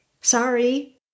Sorry